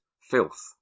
filth